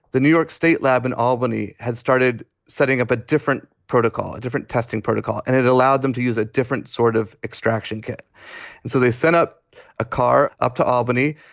the new york state lab in albany had started setting up a different protocol, a different testing protocol, and it allowed them to use a different sort of extraction kit. and so they sent up a car up to albany.